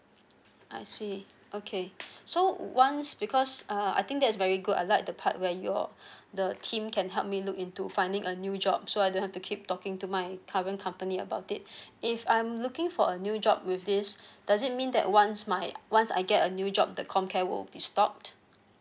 I see okay so once because uh I think that's very good I like the part where your the team can help me look into finding a new job so I don't have to keep talking to my current company about it if I'm looking for a new job with this does it mean that once my once I get a new job the comcare will be stopped